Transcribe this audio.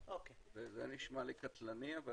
איני יודע לאיזה כיוון אתם הולכים, אבל